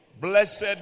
blessed